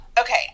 okay